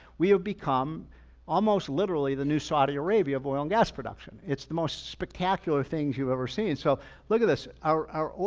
we have become almost literally the new saudi arabia of oil and gas production. it's the most spectacular things you've ever seen. so look at this our our oil.